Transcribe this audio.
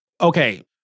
okay